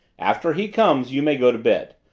after he comes you may go to bed.